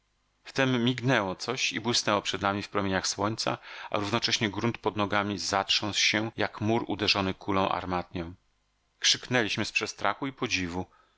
znowu wtem mignęło coś i błysnęło przed nami w promieniach słońca a równocześnie grunt pod nogami zatrząsł się jak mur uderzony kulą armatnią krzyknęliśmy z przestrachu i podziwu